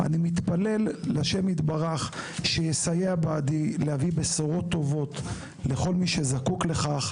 אני מתפלל לה' יתברך שיסייע בידי להביא בשורות טובות לכל מי שזקוק לכך.